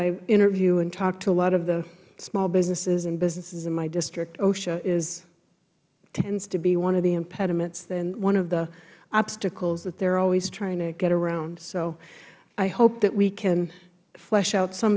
i interview and talk to a lot of the small businesses and businesses in my district osha tends to be one of the impediments and one of the obstacles that they are always trying to get around so i hope that we can flesh out some